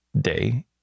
day